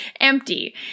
empty